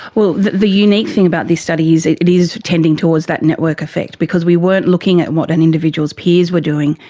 well, the the unique thing about this study is it it is tending towards that network effect because we weren't looking at what an individual's peers were doing,